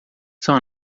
são